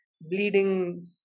bleeding